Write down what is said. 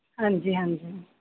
ਹਾਂਜੀ ਹਾਂਜੀ